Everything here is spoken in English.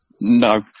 No